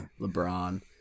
LeBron